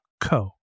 co